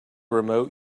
remote